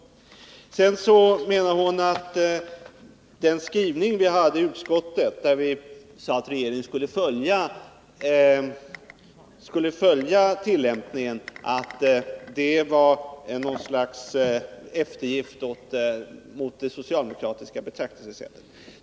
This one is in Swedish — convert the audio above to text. Anna-Greta Leijon menar att utskottets skrivning att regeringen skall följa tillämpningen är något slags eftergift åt socialdemokraterna.